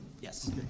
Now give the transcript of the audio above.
Yes